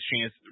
chance